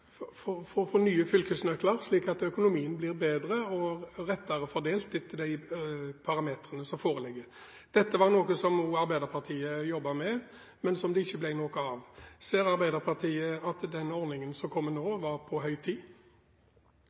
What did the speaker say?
for å få nye fylkesnøkler, slik at økonomien blir bedre og riktigere fordelt etter de parametrene som foreligger. Dette var noe som også Arbeiderpartiet jobbet med, men som det ikke ble noe av. Ser Arbeiderpartiet at det er på høy tid med den ordningen som kommer nå?